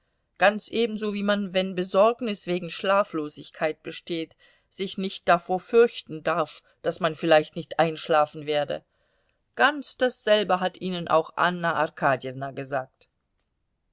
ganz ebenso wie man wenn besorgnis wegen schlaflosigkeit besteht sich nicht davor fürchten darf daß man vielleicht nicht einschlafen werde ganz dasselbe hat ihnen auch anna arkadjewna gesagt